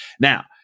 Now